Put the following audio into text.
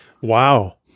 Wow